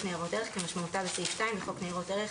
ניירות ערך" כמשמעותה בסעיף 2 לחוק ניירות ערך,